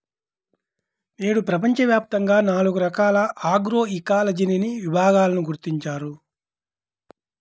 నేడు ప్రపంచవ్యాప్తంగా నాలుగు రకాల ఆగ్రోఇకాలజీని విభాగాలను గుర్తించారు